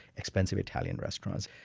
expensive italian restaurants.